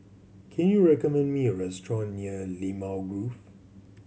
can you recommend me a restaurant near Limau Grove